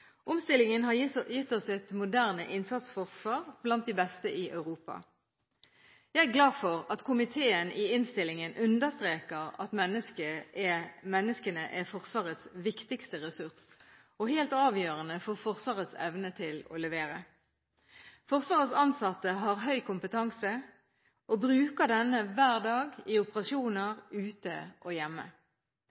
Omstillingen har gitt oss et moderne innsatsforsvar, blant de beste i Europa. Jeg er glad for at komiteen i innstillingen understreker at menneskene er Forsvarets viktigste ressurs og helt avgjørende for Forsvarets evne til å levere. Forsvarets ansatte har høy kompetanse og bruker denne hver dag i operasjoner ute og hjemme.